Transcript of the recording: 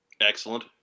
Excellent